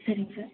சரிங்க சார்